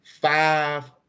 five